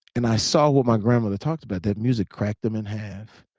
and i saw what my grandmother talked about that music cracked them in half.